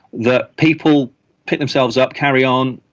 that people pick themselves up, carry on.